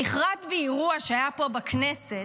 נחרת בי אירוע שהיה פה בכנסת,